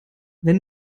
wenn